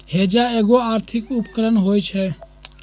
hedge एगो आर्थिक उपकरण होइ छइ